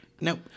Nope